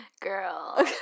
Girl